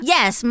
Yes